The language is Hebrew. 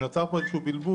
נוצר פה בלבול,